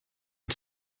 and